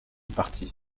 parti